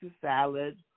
salad